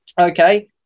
Okay